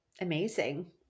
amazing